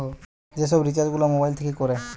যে সব রিচার্জ গুলা মোবাইল থিকে কোরে